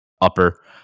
upper